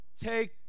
take